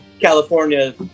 california